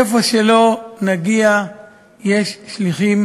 איפה שלא נגיע יש שליחים